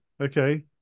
okay